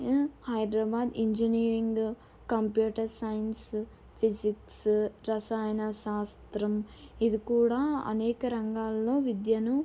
Hyderabad engineering computer science physics రసాయన శాస్త్రం ఇది కూడా అనేక రంగాల్లో విద్యను